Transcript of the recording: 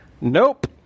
Nope